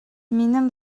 минем